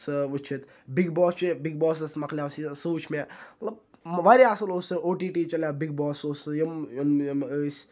سُہ وٕچھِتھ big boss چھِ بِگ باسَس مَکلیٛو سُے سُہ وٕچھ مےٚ مطلب واریاہ اَصٕل اوس سُہ او ٹی ٹی چَلیٛو بِگ باس سُہ اوس یِم یِم یِم ٲسۍ